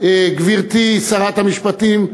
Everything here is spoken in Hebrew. גברתי שרת המשפטים,